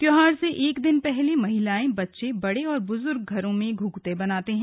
त्योहार से एक दिन पहले महिलाएं बच्चे बड़े और बुजुर्ग घरों में घुघुते बनाते हैं